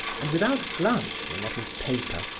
and without glancing at his paper,